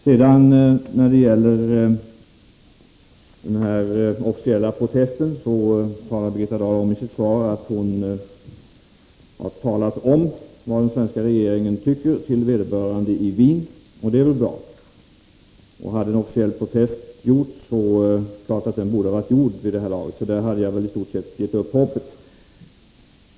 73 När det gäller den officiella protesten sade Birgitta Dahl i sitt svar att hon har talat om för vederbörande i Wien vad den svenska regeringen tycker. Det är ju bra. Skulle det göras en officiell protest borde den varit gjord vid detta laget, och där har jag väl i stort sett givit upp hoppet.